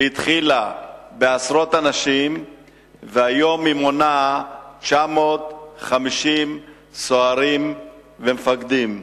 שהתחילה בעשרות אנשים והיום היא מונה 950 סוהרים ומפקדים.